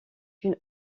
une